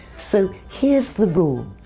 so here's the rule.